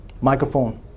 microphone